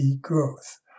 growth